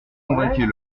convainquez